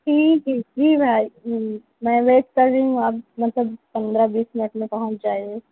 ٹھیک ہے جی بھائی میں ویٹ کر رہی ہوں آپ مطلب پندرہ بیس منٹ میں پہنچ جائیں گے